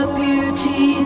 beauty